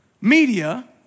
media